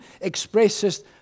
expresses